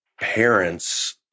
parents